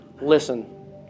listen